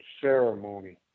ceremony